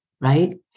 right